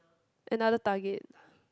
another target